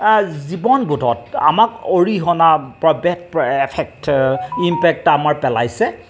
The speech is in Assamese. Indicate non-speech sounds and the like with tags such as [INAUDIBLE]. জীৱন বোধত আমাক অৰিহণা [UNINTELLIGIBLE] এফেক্ট ইম্পেক্ট আমাৰ পেলাইছে